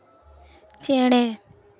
ᱪᱮᱬᱮ